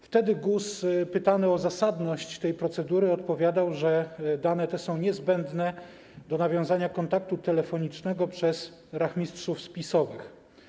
Wtedy GUS pytany o zasadność tej procedury odpowiadał, że dane te są niezbędne do nawiązania kontaktu telefonicznego przez rachmistrzów spisowych.